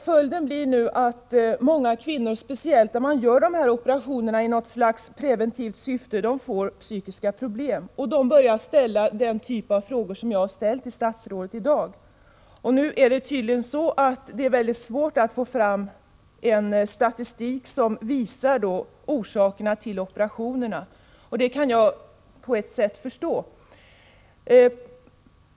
Många kvinnor får psykiska problem till följd av sådana här operationer, speciellt när de görs i något slags preventivt syfte. De börjar ställa den typ av frågor som jag i dag har ställt till statsrådet. Det är tydligen mycket svårt att få fram statistik som visar orsakerna till operationerna. Det kan jag på ett sätt förstå.